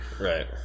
Right